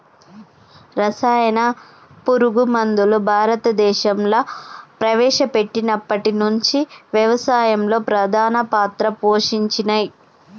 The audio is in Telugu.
రసాయన పురుగు మందులు భారతదేశంలా ప్రవేశపెట్టినప్పటి నుంచి వ్యవసాయంలో ప్రధాన పాత్ర పోషించినయ్